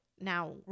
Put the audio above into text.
now